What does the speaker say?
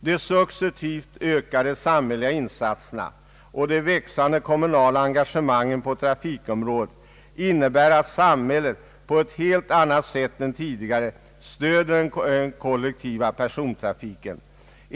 De successivt ökande samhälleliga insatserna och de växande kommunala engagemangen på trafikområdet innebär att samhället på ett helt annat sätt än tidigare stöder den kollektiva = persontrafiken.